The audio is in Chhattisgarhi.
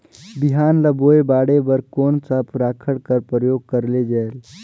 बिहान ल बोये बाढे बर कोन सा राखड कर प्रयोग करले जायेल?